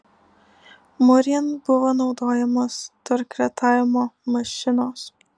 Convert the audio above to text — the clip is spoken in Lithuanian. mūrijant buvo naudojamos torkretavimo mašinos